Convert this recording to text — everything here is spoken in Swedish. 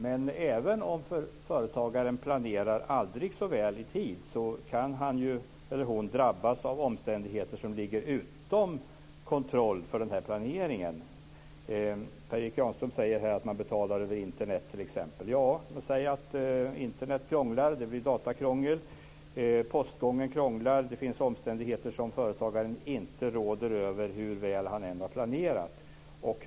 Men även om företagaren planerar aldrig så väl kan ju han eller hon drabbas av omständigheter som ligger utom kontroll för planeringen. Per Erik Granström säger t.ex. att man kan betala över Internet. Men Internet kan krångla och postgången kan krångla. Det finns omständigheter som företagaren inte råder över hur väl han än har planerat.